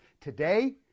today